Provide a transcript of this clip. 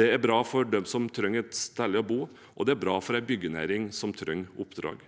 Det er bra for dem som trenger et sted å bo, og det er bra for en byggenæring som trenger oppdrag.